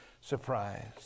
surprise